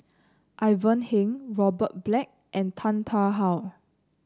Ivan Heng Robert Black and Tan Tarn How